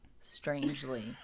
strangely